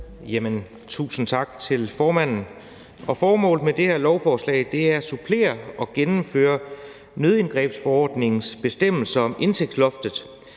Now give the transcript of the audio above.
Tusind tak til formanden. Formålet med det her lovforslag er at supplere og gennemføre nødindgrebsforordningens bestemmelser om indtægtsloftet.